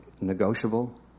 negotiable